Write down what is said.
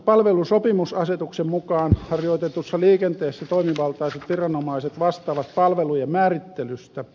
palvelusopimusasetuksen mukaan harjoitetussa liikenteessä toimivaltaiset viranomaiset vastaavat palveluiden määrittelystä